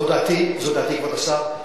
זו דעתי, כבוד השר.